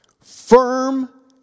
Firm